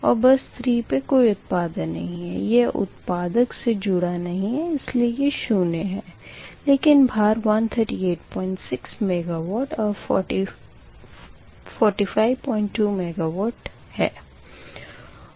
और बस 3 पे कोई उत्पादन नहीं यह उत्पादक से जुड़ा नहीं है इसलिए ये शून्य है लेकिन भार 1386 मेगावाट और 452 मेगावाट है